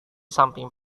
samping